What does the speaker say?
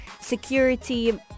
security